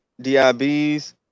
DIBs